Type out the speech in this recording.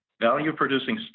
Value-producing